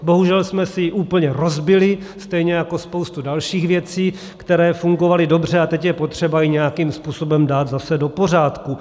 Bohužel jsme si ji úplně rozbili, stejně jako spoustu dalších věcí, které fungovaly dobře, a teď je potřeba ji nějakým způsobem dát zase do pořádku.